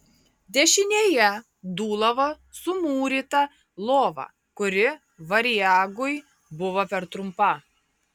dešinėje dūlavo sumūryta lova kuri variagui buvo per trumpa